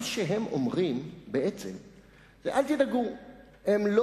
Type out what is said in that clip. מה שהם אומרים בעצם זה: אל תדאגו,